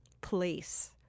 place